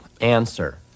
answer